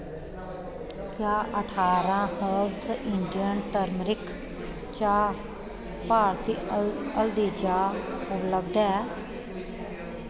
क्या अठारां herbs Indian turmeric चाह् भारती हल्दी चाह् उपलब्ध ऐ